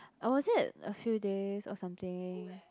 or was it a few days or something